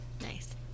Nice